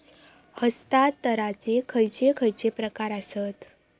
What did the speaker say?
हस्तांतराचे खयचे खयचे प्रकार आसत?